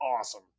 awesome